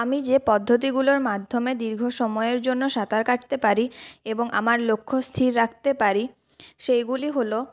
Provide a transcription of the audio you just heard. আমি যে পদ্ধতিগুলোর মাধ্যমে দীর্ঘ সময়ের জন্য সাঁতার কাটতে পারি এবং আমার লক্ষ্য স্থির রাখতে পারি সেইগুলি হল